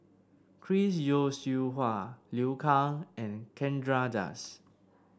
Chris Yeo Siew Hua Liu Kang and Chandra Das